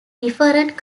different